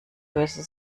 böse